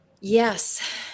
Yes